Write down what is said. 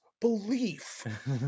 belief